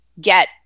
get